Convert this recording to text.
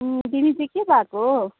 तिमी चाहिँ के भएको